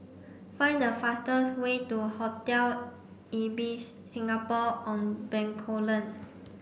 find the fastest way to Hotel Ibis Singapore On Bencoolen